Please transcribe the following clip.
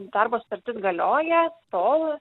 darbo sutartis galioja tol